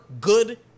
good